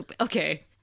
okay